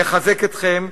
לחזק אתכם,